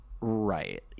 Right